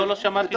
לא, לא שמעתי.